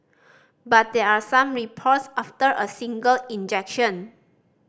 but there are some reports after a single injection